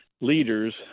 leaders